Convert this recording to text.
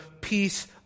peace